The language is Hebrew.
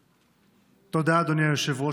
תודה, אדוני היושב-ראש.